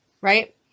right